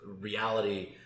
reality